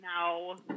no